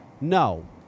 No